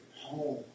home